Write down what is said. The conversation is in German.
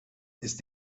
ist